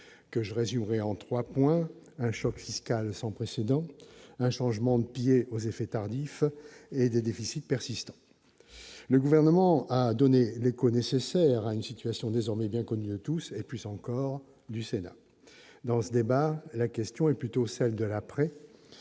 que je résumerai en 3 points : un choc fiscal sans précédent, un changement de pied aux effets tardifs et des déficits persistants, le gouvernement a donné l'écho nécessaires à une situation désormais bien connu de tout ça et puis encore du Sénat dans ce débat, la question est plutôt celle de l'après,